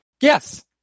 Yes